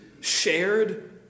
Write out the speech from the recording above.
shared